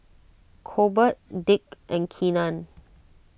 Colbert Dick and Keenan